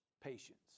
patience